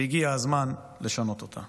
והגיע הזמן לשנות אותה.